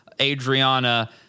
Adriana